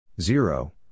Zero